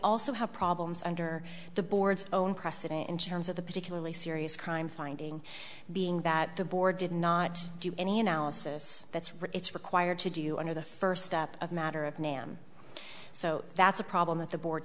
also have problems under the board's own precedent in terms of the particularly serious crime finding being that the board did not do any analysis that's what it's required to do under the first step of matter of nam so that's a problem that the board